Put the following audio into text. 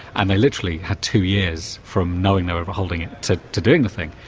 and they literally had two years from knowing they were were holding it to to doing the thing.